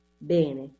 Bene